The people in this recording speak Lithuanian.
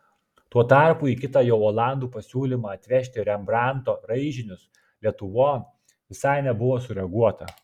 tuo tarpu į kitą jau olandų pasiūlymą atvežti rembrandto raižinius lietuvon visai nebuvo sureaguota